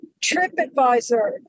TripAdvisor